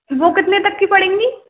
वो कितने तक की पड़ेगी